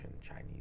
Chinese